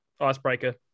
icebreaker